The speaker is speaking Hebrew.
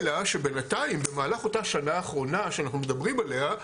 אלא שבינתיים במהלך אותה שנה אחרונה שאנחנו מדברים עליה,